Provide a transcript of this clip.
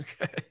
Okay